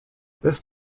this